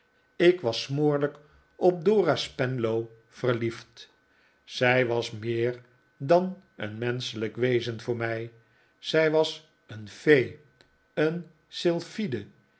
ik was smoorlijk op dora spenlow verliefd zij was meer dan een menschelijk wezen voor mij zij was een fee een sylphide